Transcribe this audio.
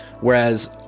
Whereas